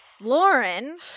Lauren